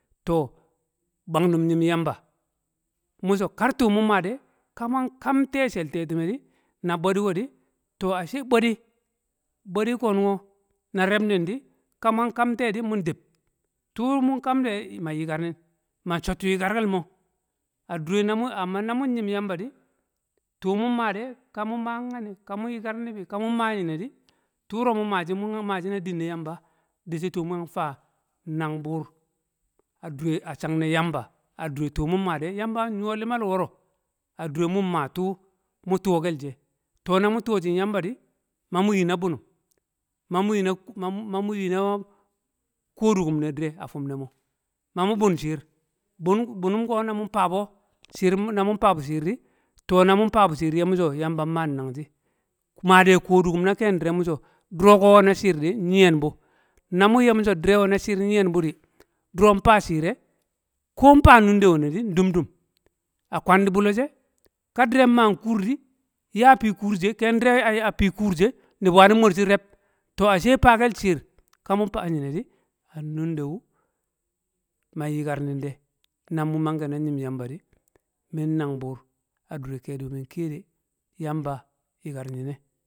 to. bwang num nyim yamba, kar tuu mun maa de, ka wman kam nte shel tetime di, na bwedi nwedi, ashe bwedi nan reb nin di, ka wman kam nte di mun dib, tuu mun kam man yikar nin, man chottu yikar kel mo a dure amma na mun nyim yamba di tuu mun maa de, ka mun maa nyane, ka mun yikar nibi ka mun maa nyide di, tuuro mu maa shi, mu yang maa shi, mu yang maa shi na dinne yamba, di shi tuu mu yang faa nang buur a chang ne buur a change ne yamba a dure tuu mun made. Yamba yang nyo limal woro a dure mun maa tuu mu tuwo kel she. to na mu tuwo shin yamba di, mamu yi na bunun mamu nyi na- mamu yi na- kodukukum ne dire a fum ne mo. Ma mu bun shiir to burum ko na mun faa bo, shiir na mur dang bu shiir di, to, na mun faa bu shiir di ye mu so yamba nman nang shi, maa de kodukum na ken dire mu so, duro ko nwe na shiir nyiyen bu, na mun ye muso dire nwe na shiir nyiyen bu di, duron faa shiir, ko fanu nunde wene di, ndum ndum. A kwandi bule she, ka dire nman kuur di, ya fi kuur she, ken dire ai a fii kuur she nibi wani mor shi reb. to faa kel shiir, kamun faa nyine di, an nunde wu man yikin nin de. Na mu mange na nyim yamba di, min nang buur a dure kedi man kiye de Yamba yikar, nyi nye̱.